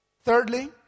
thirdly